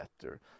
better